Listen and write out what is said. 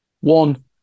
One